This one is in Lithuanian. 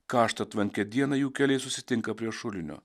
karštą tvankią dieną jų keliai susitinka prie šulinio